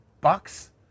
Bucks